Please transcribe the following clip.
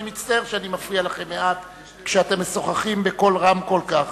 אני מצטער שאני מפריע לכם מעט כשאתם משוחחים בקול רם כל כך,